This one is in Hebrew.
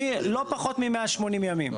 לא פחות מ-180 ימים.